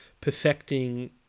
perfecting